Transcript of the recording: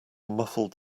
muffled